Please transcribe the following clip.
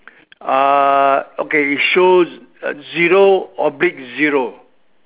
uh okay it shows zero oblique zero